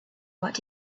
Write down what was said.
what